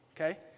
okay